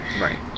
Right